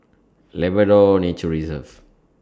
Labrador Nature Reserve